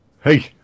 Hey